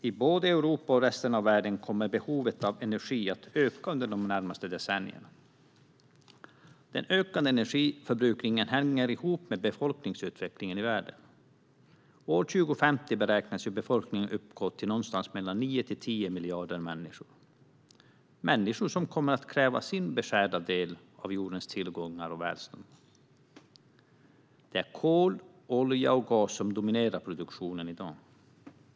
I både Europa och resten av världen kommer behovet av energi att öka under de närmaste decennierna. Den ökande energiförbrukningen hänger ihop med befolkningsutvecklingen i världen. År 2050 beräknas befolkningen uppgå till någonstans mellan 9 och 10 miljarder människor - det är människor som kommer att kräva sin beskärda del av jordens tillgångar och välstånd. Det är kol, olja och gas som dominerar produktionen i dag.